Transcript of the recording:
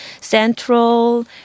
central